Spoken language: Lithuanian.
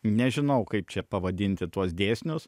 nežinau kaip čia pavadinti tuos dėsnius